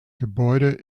gebäude